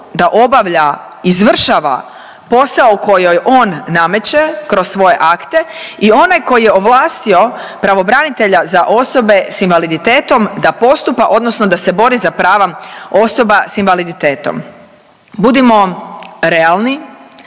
da obavlja, izvršava posao koji joj on nameće kroz svoje akte i onaj koji je ovlastio pravobranitelja za osobe s invaliditetom da postupa odnosno da se bori za prava osoba s invaliditetom. Budimo realni